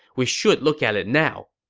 we should look at it now.